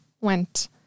went